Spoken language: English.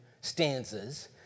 stanzas